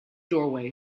doorway